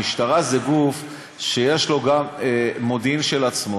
המשטרה זה גוף שיש לו גם מודיעין של עצמו.